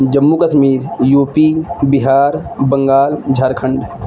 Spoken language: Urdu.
جموں کشمیر یو پی بہار بنگال جھار کھنڈ